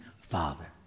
father